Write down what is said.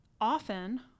often